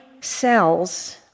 cells